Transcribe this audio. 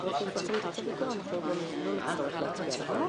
אבל לא את הצו שמאריך את הוראת השעה לעניין